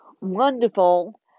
wonderful